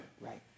Right